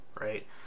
right